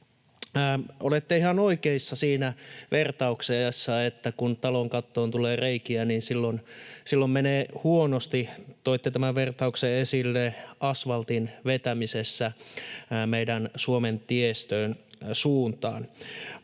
Olette ihan oikeassa siinä vertauksessa, että kun talon kattoon tulee reikiä, niin silloin menee huonosti. Toitte tämän vertauksen esille asvaltin vetämisessä meidän Suomen tiestön suuntaan,